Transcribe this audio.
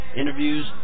interviews